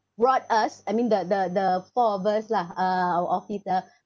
brought us I mean the the the four of us lah uh our office uh